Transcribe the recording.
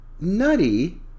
nutty